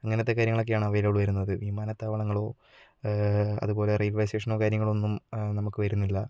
അങ്ങനത്തെ കാര്യങ്ങളൊക്കെയാണ് അവൈലബിൾ വരുന്നത് വിമാനത്താവളങ്ങളോ അതുപോലെ റെയിൽവേ സ്റ്റേഷനോ കാര്യങ്ങളോ ഒന്നും നമുക്ക് വരുന്നില്ല